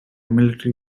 military